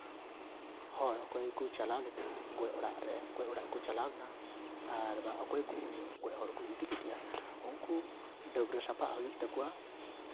ᱡᱚ ᱚᱠᱚᱭ ᱠᱚ ᱪᱟᱞᱟᱣ ᱞᱮᱱᱟ ᱜᱚᱡ ᱚᱲᱟᱜ ᱨᱮ ᱜᱚᱡ ᱚᱲᱟᱜ ᱠᱚ ᱪᱟᱞᱟᱣ ᱞᱮᱱᱟ ᱵᱟ ᱚᱠᱚᱭ ᱠᱚ ᱜᱚᱡ ᱦᱚᱲ ᱠᱚ ᱤᱫᱤ ᱠᱮᱫᱮᱭᱟ ᱩᱱᱠᱩ ᱰᱟᱹᱵᱽᱨᱟᱹ ᱥᱟᱯᱷᱟᱜ ᱦᱩᱭᱩᱜ ᱛᱟᱠᱚᱣᱟ